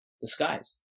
disguise